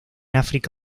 áfrica